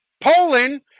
Poland